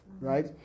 right